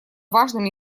важными